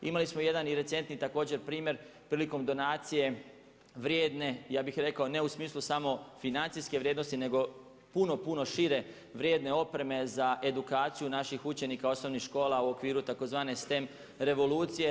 Imali smo jedan i recentni također primjer prilikom donacije vrijedne ja bih rekao ne u smislu samo financijske vrijednosti nego puno, puno šire vrijedne opreme za edukaciju naših učenika osnovnih škola u okviru tzv. STEM revolucije.